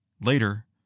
Later